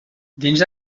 dins